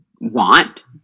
want